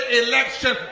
election